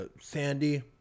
Sandy